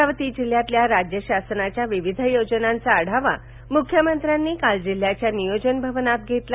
अमरावती जिल्ह्यातील राज्य शासनाच्या विविध योजनांचा आढावा मुख्यमंत्र्यांनी काल जिल्ह्याच्या नियोजन भवनात घेतला